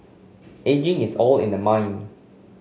ageing is all in the mind